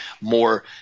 more